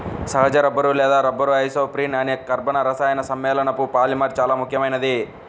సహజ రబ్బరు లేదా rubber isoprene అనే కర్బన రసాయన సమ్మేళనపు పాలిమర్ చాలా ముఖ్యమైనది